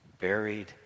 buried